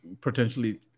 potentially